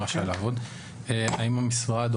האם המשרד,